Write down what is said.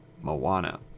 Moana